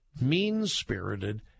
mean-spirited